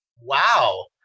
Wow